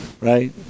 right